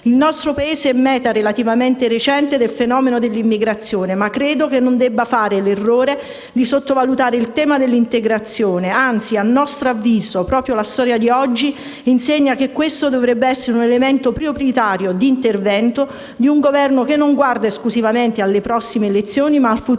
Il nostro Paese è meta relativamente recente del fenomeno dell'immigrazione, ma credo non debba fare l'errore di sottovalutare il tema dell'integrazione. Anzi, a nostro avviso, proprio la storia di oggi insegna che questo dovrebbe essere un elemento prioritario di intervento di un Governo che non guarda esclusivamente alle prossime elezioni, ma al futuro